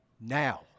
now